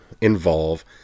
involve